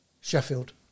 Sheffield